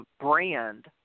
brand